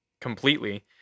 completely